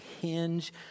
hinge